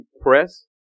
press